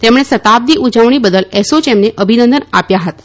તેમણે શતાબ્દી ઉજવણી બદલ એસોચેમને અભિનંદન આપ્યા હતાં